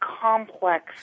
complex